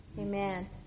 Amen